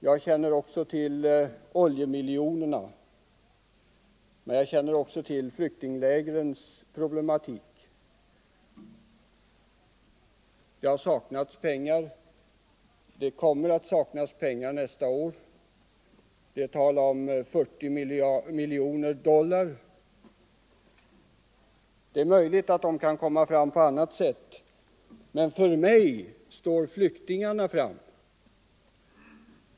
Jag känner till oljemiljonerna, men jag känner också till flyktinglägrens problematik. Det har saknats pengar och det kommer att saknas pengar nästa år — det är tal om 40 miljoner dollar. Möjligt är att dessa pengar kan komma fram på annat sätt. Men för mig står flyktingarna främst.